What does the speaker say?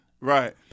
Right